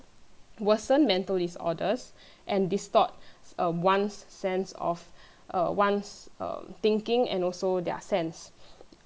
worsen mental disorders and distort um one's sense of uh one's uh thinking and also their sense